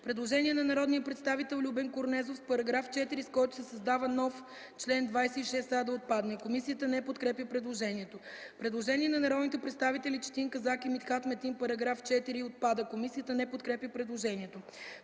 Предложение на народния представител Любен Корнезов -§ 4, с който се създава нов чл. 26а, да отпадне. Комисията не подкрепя предложението. Предложение на народните представители Четин Казак и Митхат Метин -§ 4 отпада. Комисията не подкрепя предложението.